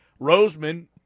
Roseman